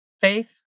faith